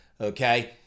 Okay